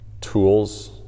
tools